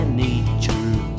nature